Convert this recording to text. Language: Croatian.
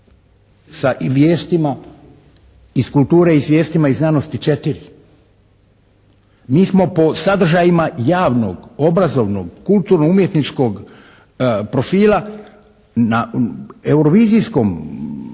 sa vijestima iz kulture i vijestima iz znanosti četiri. Mi smo po sadržajima javnog obrazovnog, kulturno-umjetničkog profila na eurovizijskom